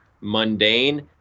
mundane